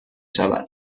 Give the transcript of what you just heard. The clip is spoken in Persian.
شود